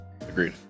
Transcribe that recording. Agreed